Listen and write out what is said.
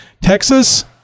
Texas